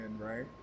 right